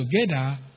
together